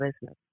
business